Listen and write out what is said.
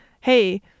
hey